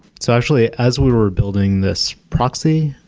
so actually, as we were building this proxy,